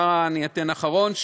אני אתן דבר אחרון,